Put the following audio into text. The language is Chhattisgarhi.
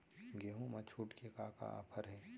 गेहूँ मा छूट के का का ऑफ़र हे?